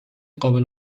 قابل